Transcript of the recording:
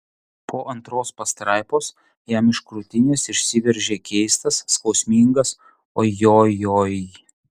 po antros pastraipos jam iš krūtinės išsiveržė keistas skausmingas ojojoi